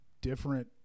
different